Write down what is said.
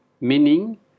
meaning